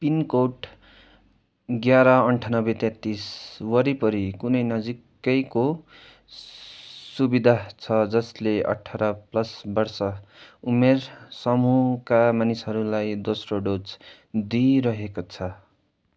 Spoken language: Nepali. पिनकोड एघार अन्ठानब्बे तेत्तिस वरिपरि कुनै नजिकैको सुविधा छ जसले अठार प्लस वर्ष उमेर समूहका मानिसहरूलाई दोस्रो डोज दिइरहेको छ